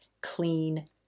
clean